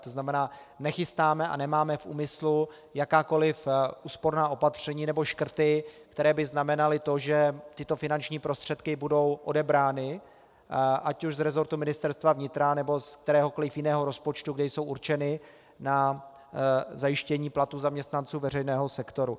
To znamená, nechystáme a nemáme v úmyslu jakákoliv úsporná opatření nebo škrty, které by znamenaly to, že tyto finanční prostředky budou odebrány ať už z resortu Ministerstva vnitra, nebo z kteréhokoliv jiného rozpočtu, kde jsou určeny na zajištění platů zaměstnanců veřejného sektoru.